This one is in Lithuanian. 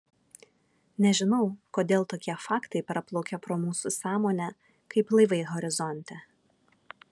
nežinau kodėl tokie faktai praplaukia pro mūsų sąmonę kaip laivai horizonte